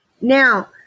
Now